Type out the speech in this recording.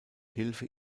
hilfe